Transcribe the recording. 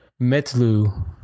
Metlu